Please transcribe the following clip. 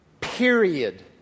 Period